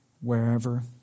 wherever